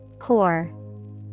Core